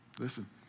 Listen